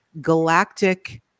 galactic